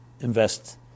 invest